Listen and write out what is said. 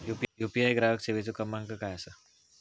UPI ग्राहक सेवेचो क्रमांक काय असा?